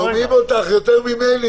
תאמיני לי ששומעים אותך יותר ממני.